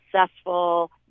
successful